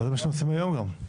זה מה שאתם עושים היום גם.